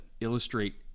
illustrate